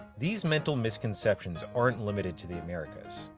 these mental misconceptions aren't limited to the americas.